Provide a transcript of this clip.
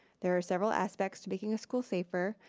there are several aspects to making a school safer,